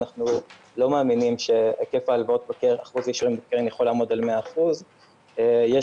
אנחנו לא מאמינים שאחוז האישורים בקרן יכול לעמוד על 100%. יש